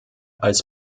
als